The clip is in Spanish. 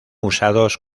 usados